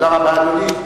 תודה רבה, אדוני.